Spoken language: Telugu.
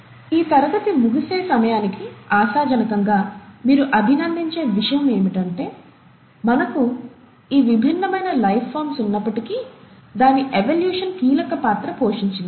ఈ తరగతి ముగిసే సమయానికి ఆశాజనకంగా మీరు అభినందించే విషయం ఏమిటంటే మనకు ఈ విభిన్నమైన లైఫ్ ఫార్మ్స్ ఉన్నపటికీ దాని ఎవల్యూషన్ కీలక పాత్ర పోషించింది